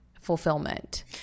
fulfillment